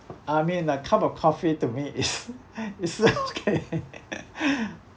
I mean a cup of coffee to me is is okay